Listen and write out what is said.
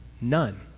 none